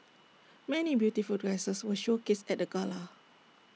many beautiful dresses were showcased at the gala